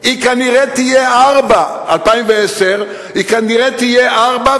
היא כנראה תהיה 4. 2010 כנראה תהיה 4,